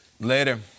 Later